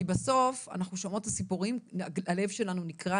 כי בסוף אנחנו שומעות את הסיפורים והלב שלנו נקרע.